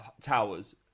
towers